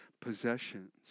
possessions